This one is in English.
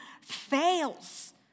fails